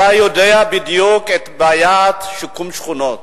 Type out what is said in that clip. אתה יודע בדיוק את בעיית שיקום השכונות,